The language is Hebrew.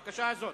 רבותי.